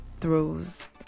throws